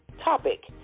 topic